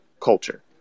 culture